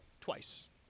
twice